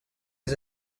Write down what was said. les